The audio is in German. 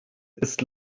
ist